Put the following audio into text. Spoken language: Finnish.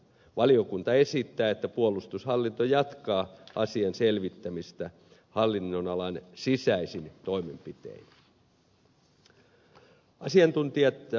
valiokunta esittää että puolustushallinto jatkaa asian selvittämistä hallinnonalan sisäisin toimenpitein